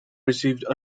received